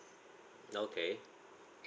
okay